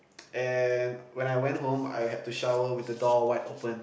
and when I went home I had to shower with the door wide open